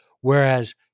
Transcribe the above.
whereas